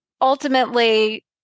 ultimately